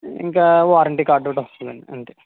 ఇంకా warranty card ఒకటి వస్తుందండి అంతే